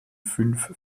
fünf